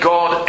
God